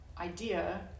idea